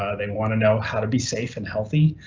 ah they wanna know how to be safe and healthy.